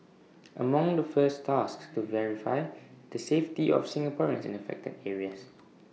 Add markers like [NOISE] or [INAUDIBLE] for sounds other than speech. [NOISE] among the first tasks to verify the safety of Singaporeans in affected areas